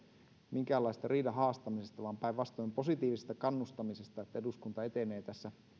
minkäänlaisesta riidan haastamisesta vaan päinvastoin positiivisesta kannustamisesta että eduskunta etenee tässä